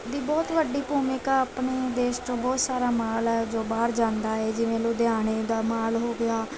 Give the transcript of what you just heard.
ਦੀ ਬਹੁਤ ਵੱਡੀ ਭੂਮਿਕਾ ਆਪਣੇ ਦੇਸ਼ 'ਚੋਂ ਬਹੁਤ ਸਾਰਾ ਮਾਲ ਹੈ ਜੋ ਬਾਹਰ ਜਾਂਦਾ ਹੈ ਜਿਵੇਂ ਲੁਧਿਆਣੇ ਦਾ ਮਾਲ ਹੋ ਗਿਆ